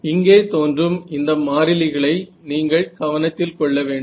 இங்கே தோன்றும் இந்த மாறிலிகளை நீங்கள் கவனத்தில் கொள்ள வேண்டும்